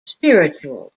spiritual